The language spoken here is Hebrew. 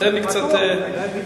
תן לי קצת ליהנות.